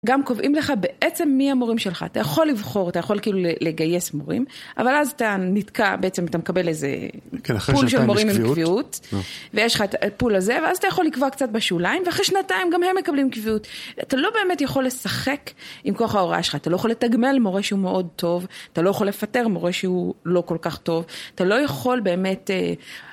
גם קובעים לך בעצם מי המורים שלך. אתה יכול לבחור, אתה יכול כאילו לגייס מורים, אבל אז אתה נתקע בעצם, אתה מקבל איזה... כן, אחרי שנתיים יש קביעות. ויש לך את הפול הזה, ואז אתה יכול לקבוע קצת בשוליים, ואחרי שנתיים גם הם מקבלים קביעות. אתה לא באמת יכול לשחק עם כוח ההוראה שלך, אתה לא יכול לתגמל מורה שהוא מאוד טוב, אתה לא יכול לפטר מורה שהוא לא כל כך טוב, אתה לא יכול באמת...